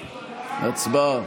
הצבעה.